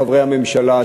חברי הממשלה,